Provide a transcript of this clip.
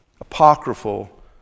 apocryphal